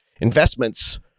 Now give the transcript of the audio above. investments